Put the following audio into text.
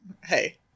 Hey